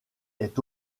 est